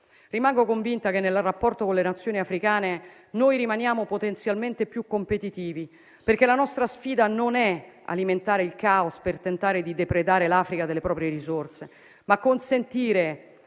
Rimango convinta che nel rapporto con le Nazioni africane noi rimaniamo potenzialmente più competitivi, perché la nostra sfida non è alimentare il caos per tentare di depredare l'Africa delle proprie risorse, ma è consentire